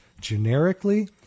generically